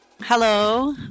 Hello